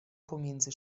pomiędzy